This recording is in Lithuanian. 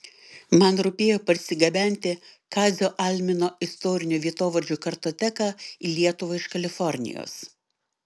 man rūpėjo parsigabenti kazio almino istorinių vietovardžių kartoteką į lietuvą iš kalifornijos